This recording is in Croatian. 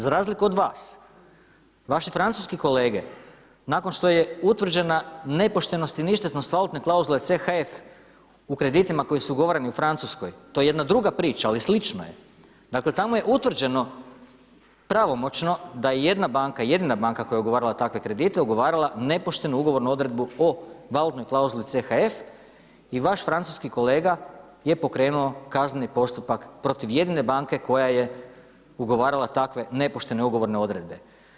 Za razliku od vas, vaši francuski kolege nakon što je utvrđena nepoštenost i ništetnost valutne klauzule CHF u kreditima koji su ugovarani u Francuskoj, to je jedna druga priča ali slična je, dakle tamo je utvrđeno pravomoćno da je jedna banka, jedina banka koja je ugovarala takve kredite, ugovarala nepoštenu ugovornu odredbu o valutnoj klauzuli CHF i vaš francuski kolega je pokrenuo kazneni postupak protiv jedine banke koja je ugovarala takva nepoštene ugovorne odredbe.